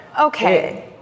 okay